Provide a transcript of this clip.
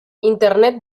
internet